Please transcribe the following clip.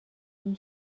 این